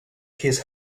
his